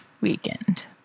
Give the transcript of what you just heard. weekend